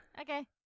Okay